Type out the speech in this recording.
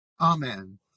Amen